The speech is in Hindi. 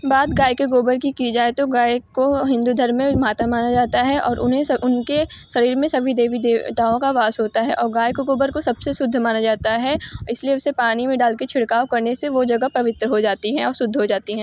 बात गाय के गोबर की कि जाए तो जी कि हिन्दू धर्म मे माता मानी जाती है और उन्हें सब उनके शरीर में सभी देवी देवताओं का वास होता है और गाय के गोबर को सब से शुद्ध माना जाता हैं और इस लिए उसे पानी में डाल के छिड़काओ करने से वो जगह पवित्र हो जाती है और शुद्ध हो जाती है